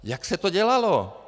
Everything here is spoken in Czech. Jak se to dělalo?